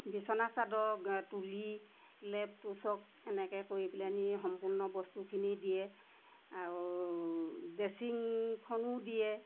বিছনা চাদৰ তুলি লেপ তোচক এনেকৈ কৰি পেলানি সম্পূৰ্ণ বস্তুখিনি দিয়ে আৰু ড্ৰেচিংখনো দিয়ে